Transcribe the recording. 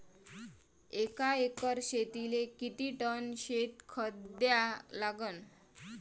एका एकर शेतीले किती टन शेन खत द्या लागन?